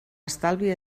estalvi